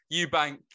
Eubank